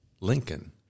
Lincoln